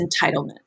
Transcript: entitlement